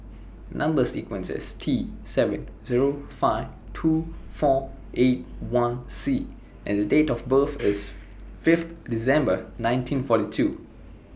Number sequence IS T seven Zero five two four eight one C and The Date of birth IS Fifth December nineteen forty two